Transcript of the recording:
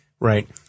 Right